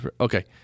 Okay